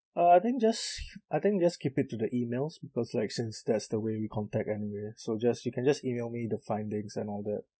uh I think just I think just keep it to the emails because like since that's the way we contact anyway so just you can just email me the findings and all that